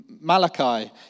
Malachi